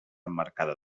emmarcada